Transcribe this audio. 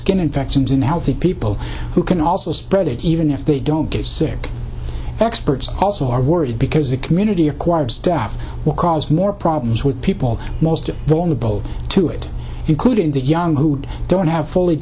skin infections in healthy people who can also spread it even if they don't get sick experts also are worried because the community acquired staff will cause more problems with people most vulnerable to it including the young who don't have fully